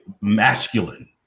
masculine